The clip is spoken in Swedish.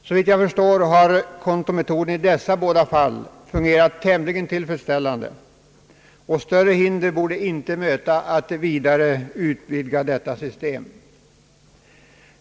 Såvitt jag förstår har kontometoden i dessa båda fall fungerat tämligen = tillfredsställande, och större hinder borde inte möta att vidare utvidga detta system.